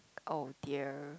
oh dear